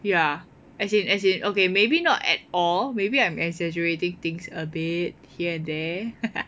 ya as in as in okay maybe not at all maybe I'm exaggerating things a bit here and there